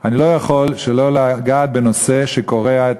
אני לא יכול שלא לגעת בנושא שקורע את